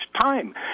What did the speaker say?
time